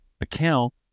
account